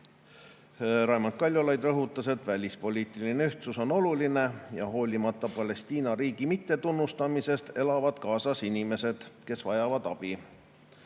Raimond Kaljulaid rõhutas, et välispoliitiline ühtsus on oluline, ja hoolimata Palestiina riigi mittetunnustamisest, elavad Gazas inimesed, kes vajavad abi.